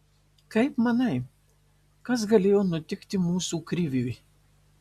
kaip manai kas galėjo nutikti mūsų kriviui